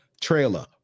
trailer